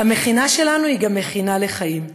"המכינה שלנו היא גם מכינה לחיים".